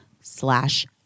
slash